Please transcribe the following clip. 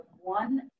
one